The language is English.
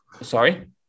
Sorry